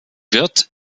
wird